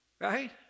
right